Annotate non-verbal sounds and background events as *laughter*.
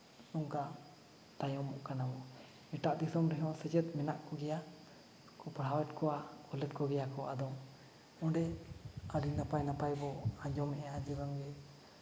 ᱱᱚᱝᱠᱟ ᱛᱟᱭᱚᱢᱚᱜ ᱠᱟᱱᱟ ᱵᱚᱱ ᱮᱴᱟᱜ ᱫᱤᱥᱚᱢ ᱨᱮᱦᱚᱸ ᱥᱮᱪᱮᱫ ᱢᱮᱱᱟᱜ ᱠᱚᱜᱮᱭᱟ ᱟᱨ ᱯᱟᱲᱦᱟᱣ ᱮᱜ ᱠᱚᱣᱟ ᱚᱞᱮᱫ ᱠᱚᱜᱮᱭᱟᱠᱚ ᱟᱫᱚ ᱚᱸᱰᱮ ᱟᱹᱰᱤ ᱱᱟᱯᱟᱭ ᱱᱟᱯᱟᱭ ᱵᱚᱱ ᱟᱡᱚᱢᱮᱫᱼᱟ *unintelligible* ᱵᱟᱝᱜᱮ